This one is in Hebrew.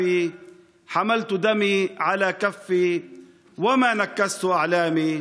יחף ניצבתי / על כף ידי את דמי נשאתי / ואת דגליי לא הורדתי."